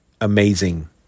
amazing